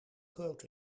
groot